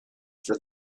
for